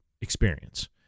experience